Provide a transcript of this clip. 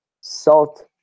salt